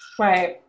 Right